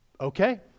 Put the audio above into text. okay